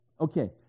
Okay